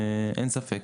אין ספק.